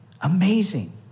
Amazing